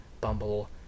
Bumble